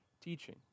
teaching